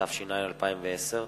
התש"ע 2010,